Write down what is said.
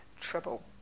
trouble